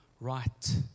right